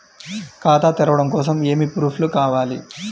ఖాతా తెరవడం కొరకు ఏమి ప్రూఫ్లు కావాలి?